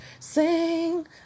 sing